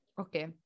Okay